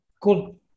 Cool